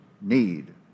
need